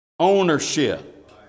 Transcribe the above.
Ownership